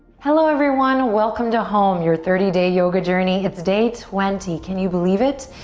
hello, everyone. welcome to home, your thirty day yoga journey. it's day twenty. can you believe it?